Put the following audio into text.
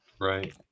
Right